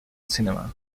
cinema